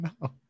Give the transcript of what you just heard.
no